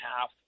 half